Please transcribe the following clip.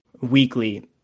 weekly